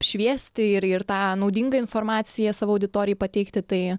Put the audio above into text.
šviesti ir ir tą naudingą informaciją savo auditorijai pateikti tai